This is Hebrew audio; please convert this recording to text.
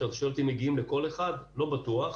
אתה שואל אותי אם מגיעים לכל אחד לא בטוח,